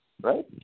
right